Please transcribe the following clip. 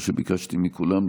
כמו שביקשתי מכולם,